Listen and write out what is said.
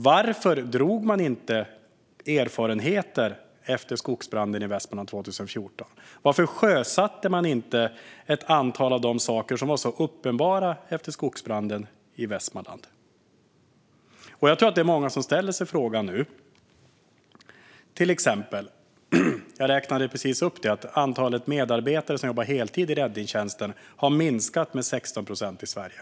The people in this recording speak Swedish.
Varför gjorde man inte erfarenheter efter skogsbranden i Västmanland 2014? Varför sjösatte man inte en del av det som var så uppenbart efter skogsbranden i Västmanland? Jag tror att det är många som ställer sig dessa frågor nu. Jag nämnde just att antalet medarbetare som jobbar heltid i räddningstjänsten har minskat med 16 procent i Sverige.